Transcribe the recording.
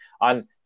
on